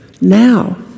now